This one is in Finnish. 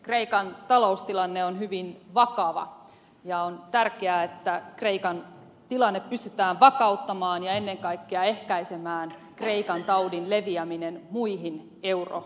kreikan taloustilanne on hyvin vakava ja on tärkeää että kreikan tilanne pystytään vakauttamaan ja ennen kaikkea ehkäisemään kreikan taudin leviäminen muihin euromaihin